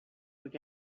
would